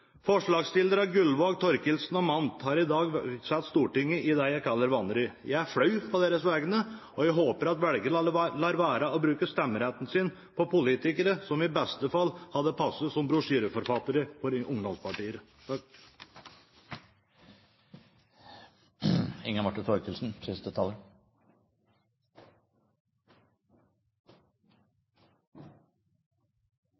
Gullvåg, Thorkildsen og Mandt har i dag brakt Stortinget i det jeg kaller vanry. Jeg er flau på deres vegne. Jeg håper at velgerne lar være å bruke stemmeretten sin på politikere som i beste fall hadde passet som brosjyreforfattere for ungdomspartier.